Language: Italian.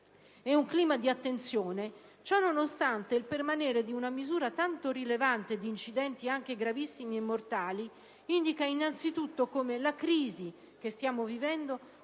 ed un clima di attenzione, ciò nonostante il permanere di una misura tanto rilevante di incidenti anche gravissimi e mortali indica innanzitutto come la crisi che stiamo vivendo